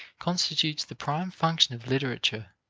constitutes the prime function of literature,